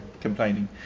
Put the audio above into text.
complaining